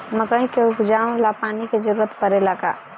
मकई के उपजाव ला पानी के जरूरत परेला का?